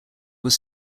was